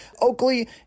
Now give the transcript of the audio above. Oakley